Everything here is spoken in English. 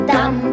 Dum